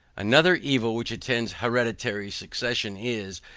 another evil which attends hereditary succession is,